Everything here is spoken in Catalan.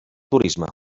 turisme